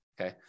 okay